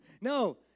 No